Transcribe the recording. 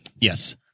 Yes